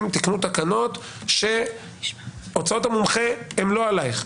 תיקנו תקנות שהוצאות המומחה הן לא עלייך.